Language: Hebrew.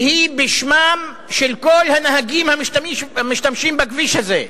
שהיא בשמם של כל הנהגים המשתמשים בכביש הזה,